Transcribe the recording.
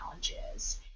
challenges